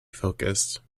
focused